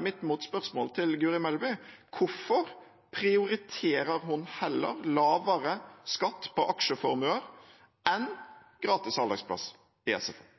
mitt motspørsmål til Guri Melby: Hvorfor prioriterer hun heller lavere skatt på aksjeformuer enn gratis halvdagsplass i SFO?